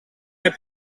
heb